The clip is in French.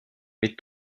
mais